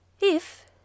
If